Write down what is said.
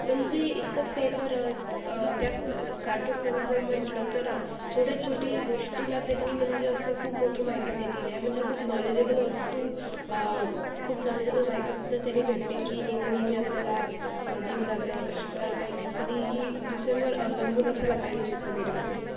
म्हणजे इतकंच नाही तर त्यात कार्टूनमधे जर म्हटलं तर छोट्यात छोटी गोष्टीला त्यांनी म्हणजे असं खूप मोठी माहिती दिलेली आहे म्हणजे खूप नॉलेजेबल वस्तू आ खूप नॉलेजेबल माहितीसुद्धा त्याने भेटते की नेहमी नेहमी आपल्याला जीवनात कष्ट करायला पाहिजेत कधीही दुसऱ्यांवर अवलंबून नसायला पाहिजेत वगैरे वगैरे